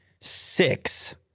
six